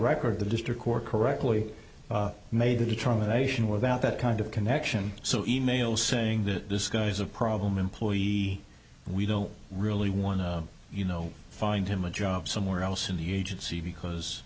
record the district court correctly made the determination without that kind of connection so e mail saying that this guy is a problem employee we don't really want to you know find him a job somewhere else in the agency because